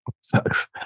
Sucks